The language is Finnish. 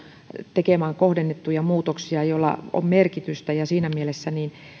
tekemään kohdennettuja muutoksia joilla on merkitystä ja siinä mielessä